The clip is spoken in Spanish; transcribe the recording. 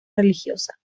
religiosa